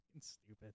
Stupid